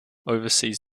oversees